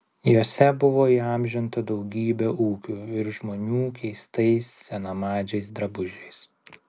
jose buvo įamžinta daugybė ūkių ir žmonių keistais senamadžiais drabužiais